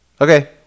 Okay